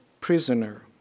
prisoner